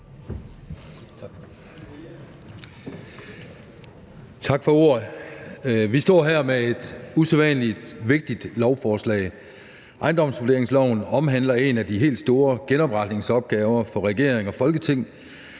Tak for ordet. Vi står her med et usædvanlig vigtigt lovforslag. Ejendomsvurderingsloven omhandler en af de helt store genopretningsopgaver for regeringen og Folketinget,